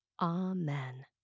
Amen